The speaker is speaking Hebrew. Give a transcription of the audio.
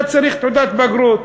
אתה צריך תעודת בגרות.